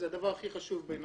זה הדבר הכי חשוב בעיניי.